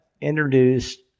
introduced